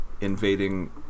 invading